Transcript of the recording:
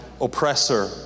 oppressor